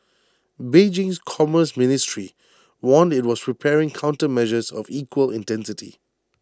Beijing's commerce ministry warned IT was preparing countermeasures of equal intensity